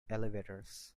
elevators